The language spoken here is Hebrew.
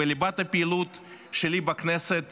ליבת הפעילות שלי בכנסת